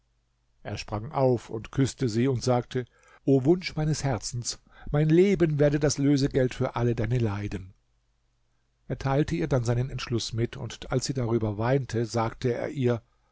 er sprang auf und küßte sie und sagte o wunsch meines herzens mein leben werde das lösegeld für alle deine leiden er teilte ihr dann seinen entschluß mit und als sie darüber weinte sagte er ihr